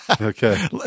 Okay